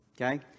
Okay